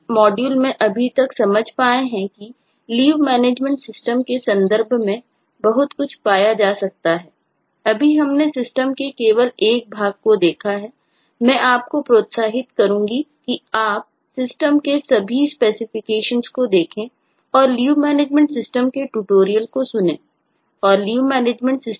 हम इस मॉड्यूल में अभी तक समझ पाए हैं कि लीव मैनेजमेंट सिस्टम करें